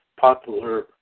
popular